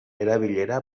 erabilera